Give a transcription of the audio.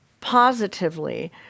positively